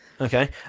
Okay